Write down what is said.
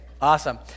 awesome